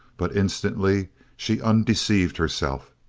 but instantly she undeceived herself.